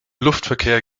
luftverkehr